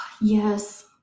Yes